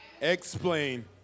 Explain